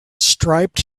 striped